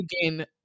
again